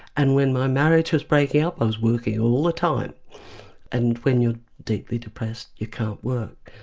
and when my marriage was breaking up, i was working all the time and when you're deeply depressed you can't work.